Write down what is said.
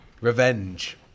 Revenge